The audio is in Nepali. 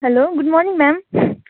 hello good morning ma'am